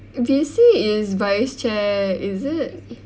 V_C is vice chair is it